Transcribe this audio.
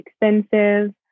expensive